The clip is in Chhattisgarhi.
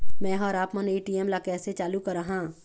मैं हर आपमन ए.टी.एम ला कैसे चालू कराहां?